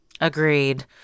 Agreed